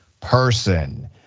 person